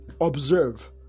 observe